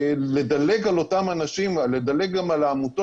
לדלג על אותם אנשים ולדלג על אותן עמותות